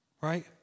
Right